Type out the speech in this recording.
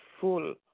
full